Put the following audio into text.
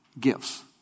gifts